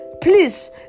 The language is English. please